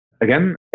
Again